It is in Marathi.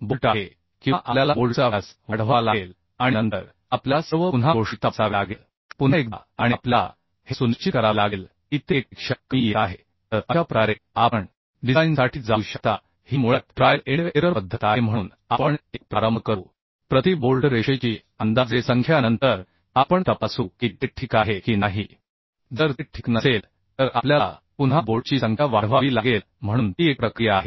बोल्ट आहे किंवा आपल्याला बोल्टचा व्यास वाढवावा लागेल आणि नंतर आपल्याला सर्व पुन्हा गोष्टी तपासावे लागेल पुन्हा एकदा आणि आपल्याला हे सुनिश्चित करावे लागेल की ते 1 पेक्षा कमी येत आहे तर अशा प्रकारे आपण डिझाइनसाठी जाऊ शकता ही मुळात ट्रायल एंड एरर पद्धत आहे म्हणून आपण एक प्रारंभ करू प्रति बोल्ट रेषेची अंदाजे संख्या नंतर आपण तपासू की ते ठीक आहे की नाही जर ते ठीक नसेल तर आपल्याला पुन्हा बोल्टची संख्या वाढवावी लागेल म्हणून ती एक प्रक्रिया आहे